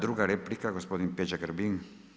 Druga replika gospodin Peđa Grbin.